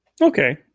Okay